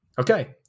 Okay